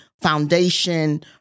foundation